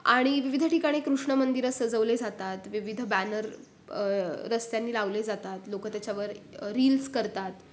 आणि विविध ठिकाणी कृष्ण मंदिरं सजवले जातात विविध बॅनर रस्त्यांनी लावले जातात लोकं त्याच्यावर रील्स करतात